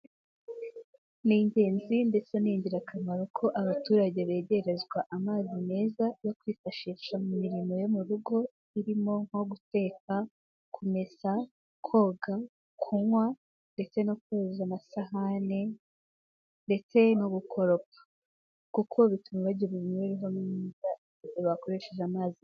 Ni ingenzi ndetse ni ingirakamaro ko abaturage begerezwa amazi meza yo kwifashisha mu mirimo yo mu rugo irimo nko guteka, kumesa, koga, kunywa ndetse no koza amasahani ndetse no gukoropa, kuko bituma bagira imibereho myiza iyo bakoresheje amazi.